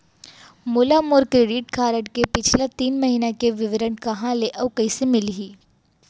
मोला मोर credit card के पिछला तीन महीना के विवरण कहाँ ले अऊ कइसे मिलही?